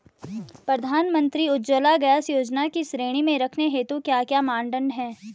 प्रधानमंत्री उज्जवला गैस योजना की श्रेणी में रखने हेतु क्या क्या मानदंड है?